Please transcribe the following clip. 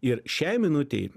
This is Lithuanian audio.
ir šiai minutei